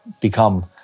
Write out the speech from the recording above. become